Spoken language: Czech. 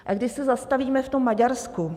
A když se zastavíme v tom Maďarsku.